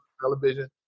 television